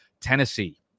Tennessee